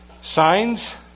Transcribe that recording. Signs